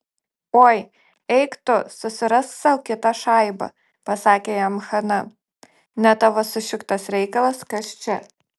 oi eik tu susirask sau kitą šaibą pasakė jam hana ne tavo sušiktas reikalas kas čia